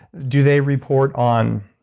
do they report on.